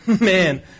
man